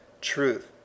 truth